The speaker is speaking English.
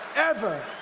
ever